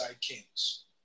Kings